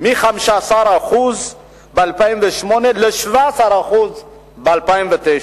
מ-15% ב-2008 ל-17% ב-2009,